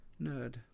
nerd